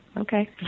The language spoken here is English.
okay